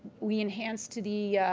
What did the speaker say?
we enhanced the